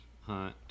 hunt –